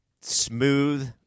smooth